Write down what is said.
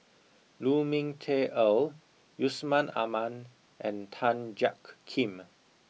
Lu Ming Teh Earl Yusman Aman and Tan Jiak Kim